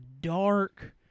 dark